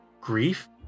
grief